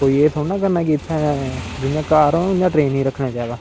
कोई एह् थोह्ड़ा ना करना के इत्थै जियां घार ऐ इयां गै ट्रेन गी रक्खना चाहिदा